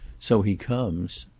so he comes.